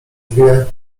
dwie